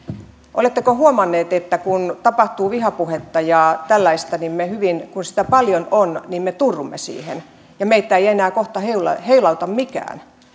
oletteko huomanneet että kun tapahtuu vihapuhetta ja tällaista niin kun sitä paljon on me turrumme siihen ja meitä ei enää kohta heilauta heilauta mikään